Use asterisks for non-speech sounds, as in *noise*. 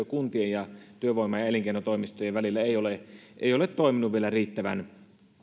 *unintelligible* kuntien ja työvoiman ja elinkeinotoimistojen välillä ei ole toiminut vielä riittävän